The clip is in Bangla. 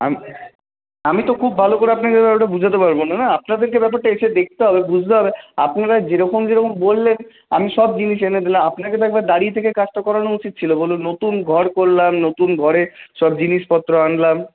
আমি আমি তো খুব ভালো করে আপনাকে দাদা ওটা বোঝাতে পারবো না না আপনাদেরকে এসে ব্যাপারটা দেখতে হবে বুঝতে হবে আপনারা যেরকম যেরকম বললেন আমি সব জিনিস এনে দিলাম আপনাকে তো একবার দাঁড়িয়ে থেকে কাজটা করানো উচিত ছিল বলুন নতুন ঘর করলাম নতুন ঘরে সব জিনিসপত্র আনলাম